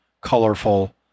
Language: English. colorful